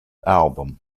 album